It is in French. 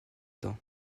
dents